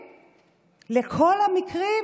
מביטחוני לכל המקרים,